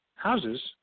houses